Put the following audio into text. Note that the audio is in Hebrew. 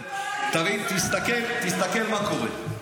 תסתכל מה קורה.